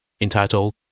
entitled